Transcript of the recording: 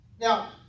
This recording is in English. Now